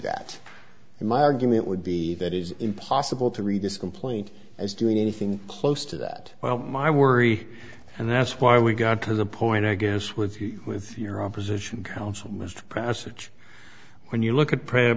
that my argument would be that is impossible to read this complaint as doing anything close to that well my worry and that's why we got to the point i guess with you with your opposition counsel mr presage when you look at prayer